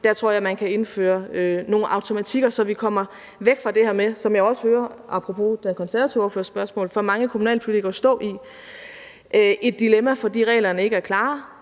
Der tror jeg, at man kan indføre nogle automatikker, så man kommer væk fra det her dilemma, som jeg også hører – apropos den konservative ordførers spørgsmål – for mange kommunalpolitikere stå i, fordi reglerne ikke er klare